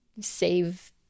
save